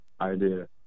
idea